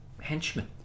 henchman